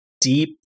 deep